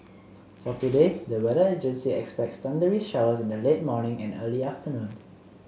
for today the weather agency expects thundery showers in the late morning and early afternoon